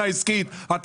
זה